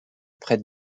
prête